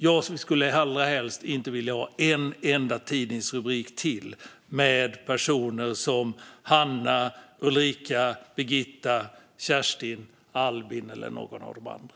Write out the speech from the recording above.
Jag vill helst inte se en enda tidningsrubrik till om personer som Hanna, Ulrika, Birgitta, Kerstin, Albin eller någon av de andra.